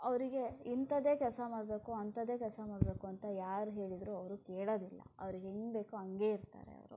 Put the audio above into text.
ಅವರಿಗೆ ಇಂಥದ್ದೇ ಕೆಲಸ ಮಾಡಬೇಕು ಅಂಥದ್ದೇ ಕೆಲಸ ಮಾಡಬೇಕು ಅಂತ ಯಾರು ಹೇಳಿದರೂ ಅವರು ಕೇಳೋದಿಲ್ಲ ಅವರಿಗೆ ಹೇಗೆ ಬೇಕೋ ಹಾಗೆ ಇರ್ತಾರೆ ಅವರು